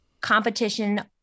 competition